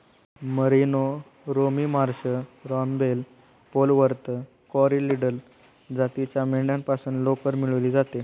merino, Romney Marsh, रॅम्बेल, Polwarth, Corriedale जातीच्या मेंढ्यांपासून लोकर मिळवली जाते